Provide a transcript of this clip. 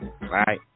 right